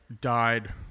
died